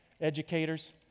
Educators